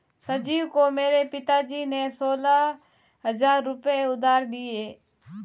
संजीव को मेरे पिताजी ने सोलह हजार रुपए उधार दिए हैं